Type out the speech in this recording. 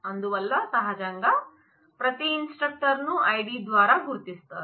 అందువల్ల సహజంగా ప్రతి ఇన్స్ట్రక్టర్ ను ఐడి ద్వారా గుర్తిస్తారు